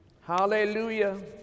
hallelujah